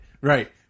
Right